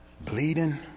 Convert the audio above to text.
bleeding